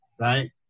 right